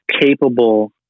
capable